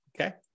okay